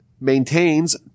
maintains